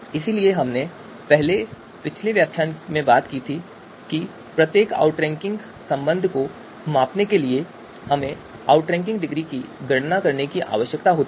इसलिए हमने पिछले व्याख्यान में बात की थी कि प्रत्येक आउटरैंकिंग संबंध को मापने के लिए हमें आउटरैंकिंग डिग्री की गणना करने की आवश्यकता होती है